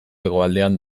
hegoaldean